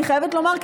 אני חייבת לומר,